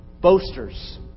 boasters